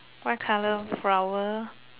white color flower